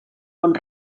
bon